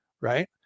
Right